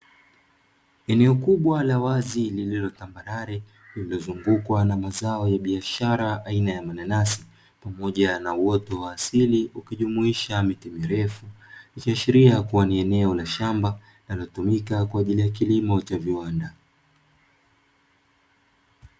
Eneo kubwa la wazi lililo tambarare lilizo zungukwa na mazao ya biashara aina ya mananasi pamoja na uoto wa asili ukijumuisha miti mirefu, ikiashiria kuwa ni eneo la shamba linalotumika kwa ajili ya kilimo cha viwanda.